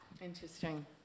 Interesting